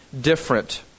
different